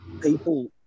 people